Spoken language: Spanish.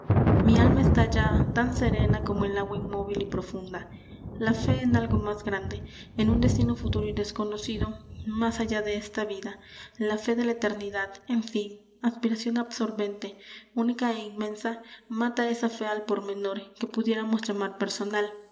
mi alma está ya tan serena como el agua inmóvil y profunda la fe en algo más grande en un destino futuro y desconocido más allá de esta vida la fe de la eternidad en fin aspiración absorbente única é inmensa mata esa fe al por menor que pudiéramos llamar personal